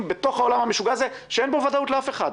בתוך העולם המשוגע הזה שאין בו ודאות לאף אחד,